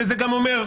שזה גם אומר,